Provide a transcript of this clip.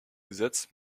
gesetz